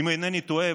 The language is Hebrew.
אם אינני טועה,